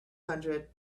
hundred